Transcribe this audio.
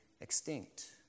extinct